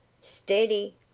Steady